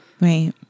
Right